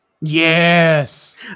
Yes